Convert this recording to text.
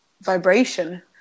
vibration